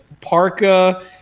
parka